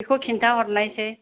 बेखौ खिन्था हरनायसाय